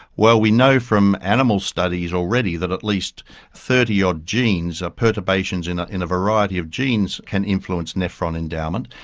well, we know from animal studies already that at least thirty odd genes are perturbations in in a variety of genes can influence nephron endowment.